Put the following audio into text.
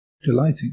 delighting